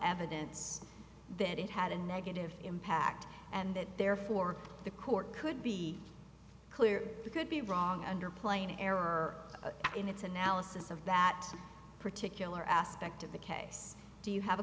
evidence that it had a negative impact and that therefore the court could be clear could be wrong under plain error in its analysis of that particular aspect of the case do you have a